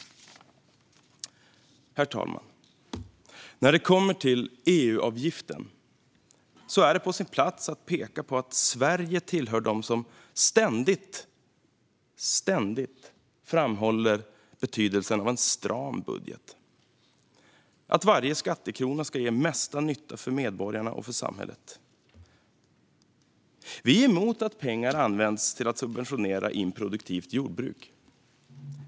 Herr talman! Vad gäller EU-avgiften är det på sin plats att peka på att Sverige hör till dem som ständigt framhåller betydelsen av en stram budget. Varje skattekrona ska ge mesta nytta för medborgarna och för samhället. Vi är emot att pengar används till att subventionera improduktivt jordbruk.